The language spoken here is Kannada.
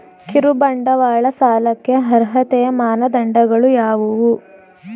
ಕಿರುಬಂಡವಾಳ ಸಾಲಕ್ಕೆ ಅರ್ಹತೆಯ ಮಾನದಂಡಗಳು ಯಾವುವು?